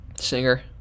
Singer